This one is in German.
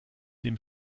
dem